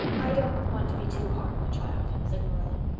i don't want to be too hard on the child, said marilla.